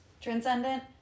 transcendent